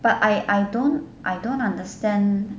but I I don't I don't understand